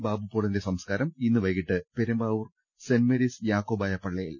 ബാബുപോളിന്റെ സംസ്കാരം ഇന്ന് വൈകിട്ട് പെരു മ്പാവൂർ സെന്റ് മേരീസ് യാക്കോബായ പള്ളിയിൽ